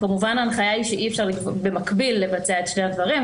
כמובן שההנחיה היא שאי-אפשר במקביל לבצע את שני הדברים.